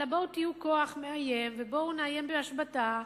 אלא בואו תהיו כוח מאיים ובואו נאיים בהשבתה,